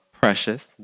Precious